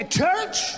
church